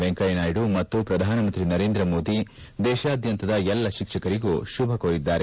ವೆಂಕಯ್ಯನಾಯ್ವ ಮತ್ತು ಪ್ರಧಾನಮಂತ್ರಿ ನರೇಂದ್ರ ಮೋದಿ ದೇಶಾದ್ಯಂತದ ಎಲ್ಲ ಶಿಕ್ಷಕರಿಗೂ ಶುಭ ಕೋರಿದ್ದಾರೆ